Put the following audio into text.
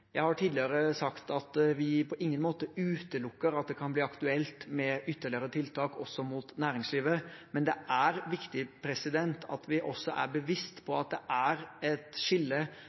Jeg har tidligere sagt at vi på ingen måte utelukker at det kan bli aktuelt med ytterligere tiltak også overfor næringslivet, men det er viktig at vi også er bevisst på at det er et skille